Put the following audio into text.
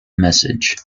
message